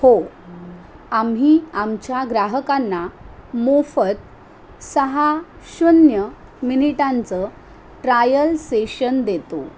हो आम्ही आमच्या ग्राहकांना मोफत सहा शून्य मिनिटांचं ट्रायल सेशन देतो